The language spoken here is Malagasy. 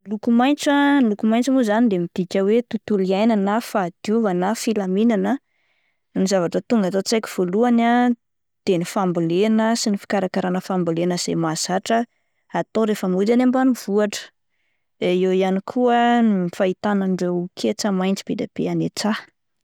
Loko maintso ah, loko maintso mo zany dia midika hoe tontolo iainana na fahadiovana na filaminana ah, ny zavatra tonga ato an-tsaiko voalohany ah de ny fambolena sy ny fikarakarana ny fambolena izay mahazatra atao rehefa mody any am-banivohitra, de eo ihany koa ny fahitana ireo ketsa maintso be dia be any an-tsaha.